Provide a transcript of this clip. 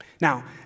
Now